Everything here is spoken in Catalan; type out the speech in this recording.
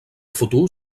futur